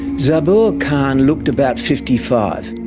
zabur khan looked about fifty five.